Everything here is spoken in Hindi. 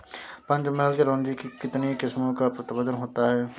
पंचमहल चिरौंजी की कितनी किस्मों का उत्पादन होता है?